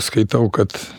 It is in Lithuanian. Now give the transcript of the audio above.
skaitau kad